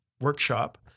workshop